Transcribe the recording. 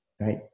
right